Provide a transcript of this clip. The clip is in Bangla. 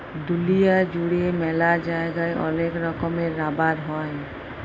দুলিয়া জুড়ে ম্যালা জায়গায় ওলেক রকমের রাবার হ্যয়